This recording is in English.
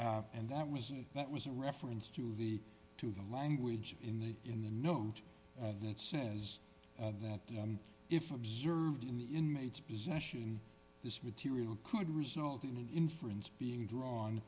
and that was that was in reference to the to the language in the in the note that says that if observed in the inmates possession this material could result in an inference being drawn